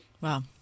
Wow